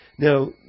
Now